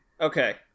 okay